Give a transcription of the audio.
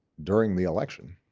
during the election